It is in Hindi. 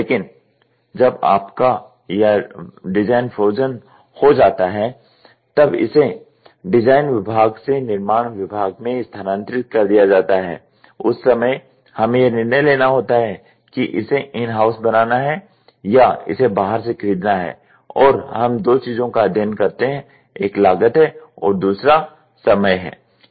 लेकिन जब आपका या डिज़ाइन फ्रोजन हो जाता है तब इसे डिज़ाइन विभाग से निर्माण विभाग में स्थानांतरित कर दिया जाता है उस समय हमें यह निर्णय लेना होता है कि इसे इन हाउस बनाना है या इसे बाहर से खरीदना है और हम दो चीजों का अध्ययन करते हैं एक लागत है और दूसरा समय है